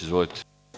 Izvolite.